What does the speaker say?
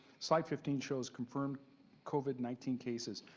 slide fifteen shows confirmed covid nineteen cases,